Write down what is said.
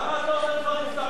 למה אתה אומר דברים סתם?